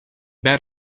bed